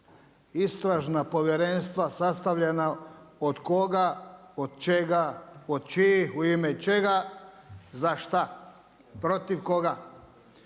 Istražna povjerenstva sastavljena od koga, od čega, od čijih, u ime čega, za šta, protiv koga?